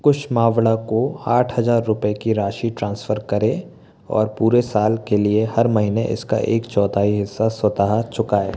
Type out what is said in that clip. कुश मावड़ा को आठ हज़ार रुपये की राशि ट्रांसफ़र करें और पूरे साल के लिए हर महीने इसका एक चौथाई हिस्सा स्वतः चुकाएँ